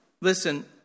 Listen